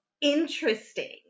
interesting